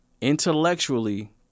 intellectually